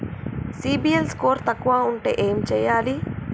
CIBIL score తక్కువ ఉంటే ఏం చేయాలి?